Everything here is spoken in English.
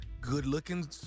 good-looking